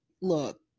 look